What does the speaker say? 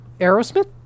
Aerosmith